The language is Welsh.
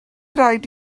raid